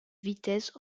vitesses